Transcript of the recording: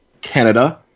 canada